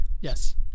Yes